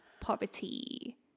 poverty